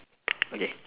okay